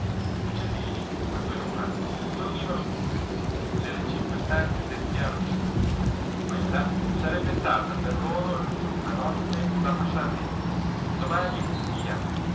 gli uccellini a quell'ora dormivano tutti nelle cinque stanze del piano di sotto quella sarebbe stata per loro l'ultima notte da passar lì domani via